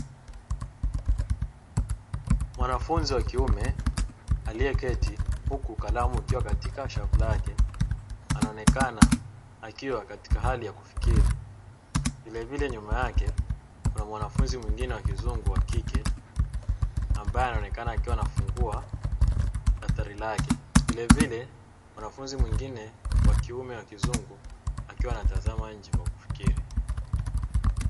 Mwanafunzi wa kiume aliyeketi huku kalamu ikiwa kwenye shavu lake, anaonekana akiwa katika hali ya kufikiri, vilevile nyuma yake kuna mwanafunzi mwingine wa kizungu wa kike ambaye anaonekana akiwa anafungua daftari lake, vilevile mwanafunzi mwingine wa kiume wa kizungu akiwa anatazama nje kwa kufikiri.